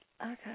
Okay